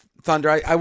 Thunder